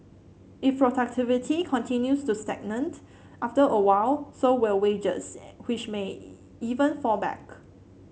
if productivity continues to stagnate after a while so will wages which may even fall back